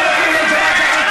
תוציא אותו.